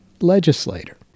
legislator